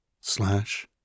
slash